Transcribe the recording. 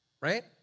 right